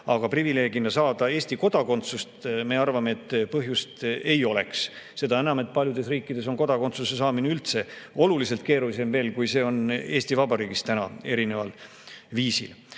Aga privileegina saada Eesti kodakondsust, me arvame, põhjust ei ole, seda enam, et paljudes riikides on kodakondsuse saamine üldse oluliselt keerulisem, kui see on Eesti Vabariigis täna, erineval viisil.